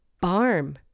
Barm